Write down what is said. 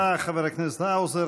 תודה, חבר הכנסת האוזר.